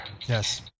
Yes